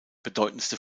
bedeutendste